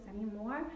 anymore